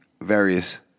various